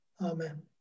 Amen